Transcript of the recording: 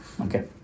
Okay